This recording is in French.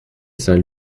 saint